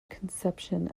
conception